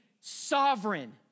sovereign